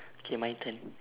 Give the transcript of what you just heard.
K my turn